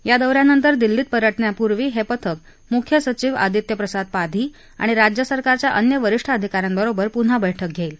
या दौऱ्यानंतर दिल्लीत परतण्यापूर्वी हे पथक मुख्य सचिव आदित्य प्रसाद पाधी आणि राज्य सरकारच्या अन्य वरिष्ठ अधिकाऱ्यांबरोबर पुन्हा बर्फ्क घेईल